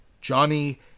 Johnny